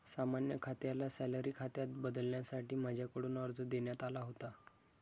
सामान्य खात्याला सॅलरी खात्यात बदलण्यासाठी माझ्याकडून अर्ज देण्यात आला होता